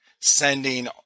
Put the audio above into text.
sending